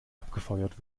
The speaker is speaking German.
abgefeuert